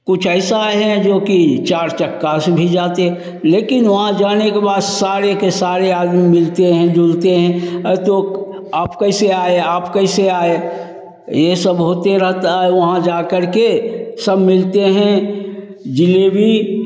कुछ ऐसा है जो कि चार चक्का से भी जाते लेकिन वहाँ जाने के बाद सारे के सारे में मिलते हैं जुलते हैं तो आप कैसे आए आप कैसे आए यह सब होते रहता है वहाँ जा करके सब मिलते हैं जलेबी